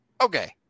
Okay